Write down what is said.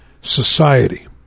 society